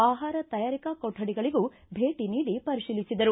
ಆಹಾರ ತಯಾರಿಕಾ ಕೊಠಡಿಗಳಗೂ ಭೇಟ ನೀಡಿ ಪರಿಶೀಲಿಸಿದರು